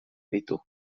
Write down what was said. ditu